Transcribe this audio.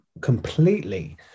completely